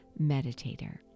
meditator